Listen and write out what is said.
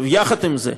עם זה,